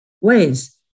ways